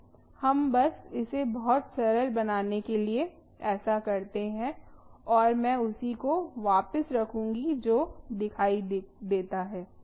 हम बस इसे बहुत सरल बनाने के लिए ऐसा करते हैं और मैं उसी को वापस रखूंगी जो दिखाई देता है